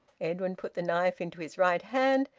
edwin put the knife into his right hand,